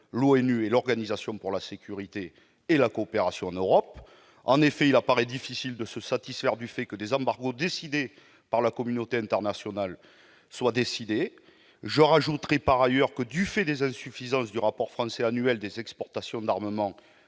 l'ONU et l'Organisation pour la sécurité et la coopération en Europe. En effet, il apparaît difficile de se satisfaire du fait que des embargos décidés par la communauté internationale ne soient pas respectés. J'ajouterai par ailleurs que, du fait des insuffisances du rapport français annuel sur les exportations d'armement,